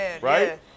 Right